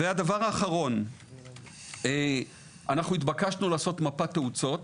הדבר האחרון, התבקשנו לעשות מפת תאוצות.